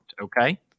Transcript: Okay